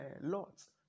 lots